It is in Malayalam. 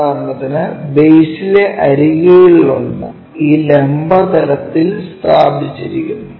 ഉദാഹരണത്തിന് ബേസിലെ അരികുകളിലൊന്ന് ഈ ലംബ തലത്തിൽ സ്ഥാപിച്ചിരിക്കുന്നു